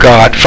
God